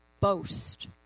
boast